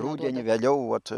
rudenį vėliau vat